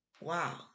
Wow